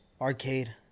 arcade